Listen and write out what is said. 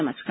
नमस्कार